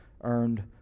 Earned